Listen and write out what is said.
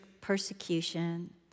persecution